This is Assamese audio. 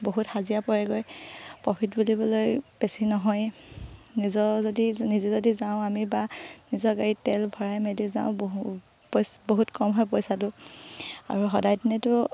বহুত হাজিৰা পৰেগৈ প্ৰফিট বুলিবলৈ বেছি নহয়েই নিজৰ যদি নিজে যদি যাওঁ আমি বা নিজৰ গাড়ীত তেল ভৰাই মেলি যাওঁ বহু পইচা বহুত কম হয় পইচাটো আৰু সদায় দিনেতো